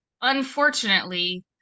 unfortunately